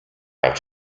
out